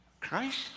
Christ